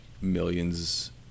millions